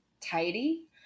tidy